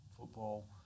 football